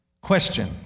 Question